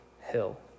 hill